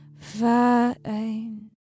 fine